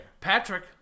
Patrick